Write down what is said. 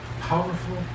powerful